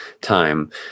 time